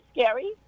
scary